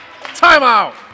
Timeout